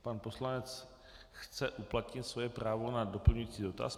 Pan poslanec chce uplatnit svoje právo na doplňující dotaz.